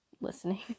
listening